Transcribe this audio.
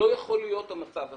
לא יכול להיות המצב הזה.